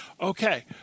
Okay